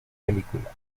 película